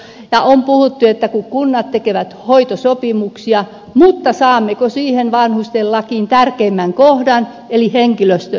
on puhuttu että kunnat tekevät hoitosopimuksia mutta saammeko siihen vanhusten lakiin tärkeimmän kohdan eli henkilöstömitoituksen